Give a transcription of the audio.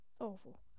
awful